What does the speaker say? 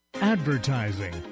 Advertising